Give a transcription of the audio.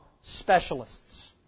specialists